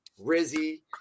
Rizzy